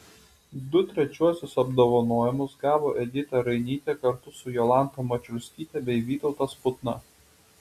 du trečiuosius apdovanojimus gavo edita rainytė kartu su jolanta mačiulskyte bei vytautas putna